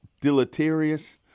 deleterious